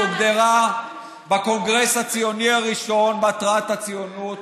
הוגדרה בקונגרס הציוני הראשון מטרת הציונות: